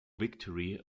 victory